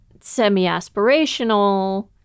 semi-aspirational